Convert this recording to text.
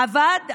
עבד,